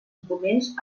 documents